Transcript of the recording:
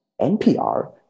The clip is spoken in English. NPR